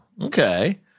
okay